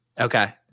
Okay